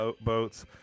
boats